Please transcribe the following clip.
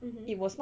mmhmm